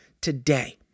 today